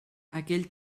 aquell